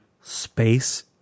space